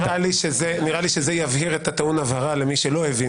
-- נראה לי שזה יבהיר את הטעון הבהרה למי שלא הבין.